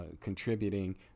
contributing